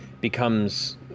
becomes